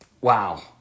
wow